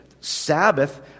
Sabbath